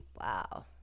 Wow